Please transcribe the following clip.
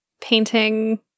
painting